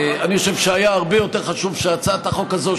אני חושב שהיה הרבה יותר חשוב שהצעת החוק הזאת,